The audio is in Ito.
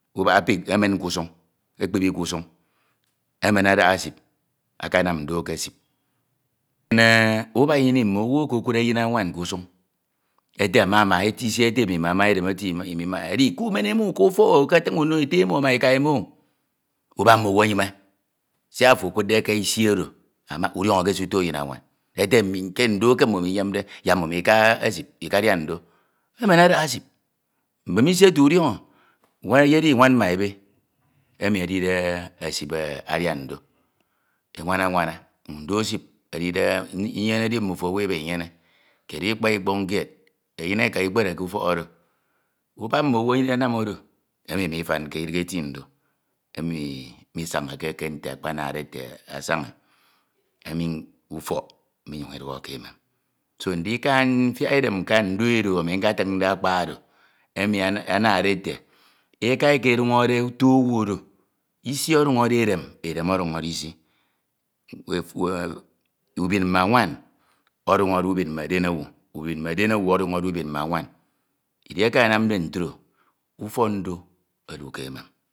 aba ebip, akanam ndo ke esip mene. ubak imi mme owu ekekud eyin anwan kúsuñ ete mmama. isi ete imo imema edem ete imena. edi kumen e mio uka ufọk ukatin uno ete emo ma eka emo. ubak mme owu enyime siak ofo Ekudde ke isi oro ama udiọñoke suto eyin anwan ete mmimo ika esip ikadian ndo. emen adaha esip mbemisi ete idiọñọ edidi nwan ima ebe edide esip idian ndo. enwan anwana ndo esip edide inyene edi mmyo owu iba inyene. iked ikpa ikpon kied eyen eka ikpeka ufok oro. ubak mmo owu. anam oro emi mmifanke idighe eti ndo. emi mmisanke ke ntenokpanade ite asaña afok idukho ke emem so ndika mfok edem mka ndo oro aketinde akpa oro emi anade ete eke eke duñore ito owu oro isi ọduñore edem. edem ọduñore isa. usim mme nwam. ọdufore ubin mme den owu. utia mme eden owu eduñore ubin mme anwam ediekesanamde ntro ufak nda odu ke emem.